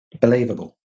believable